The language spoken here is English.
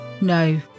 No